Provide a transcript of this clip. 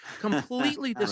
completely